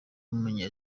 w’umunya